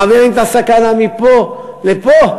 מעבירים את הסכנה מפה לפה?